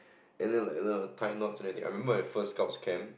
and then like I learn tie knots and everything I remember the first scouts camp